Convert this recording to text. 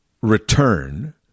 return